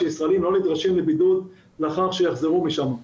שישראלים לא נדרשים לבידוד לאחר שיחזרו משם.